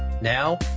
Now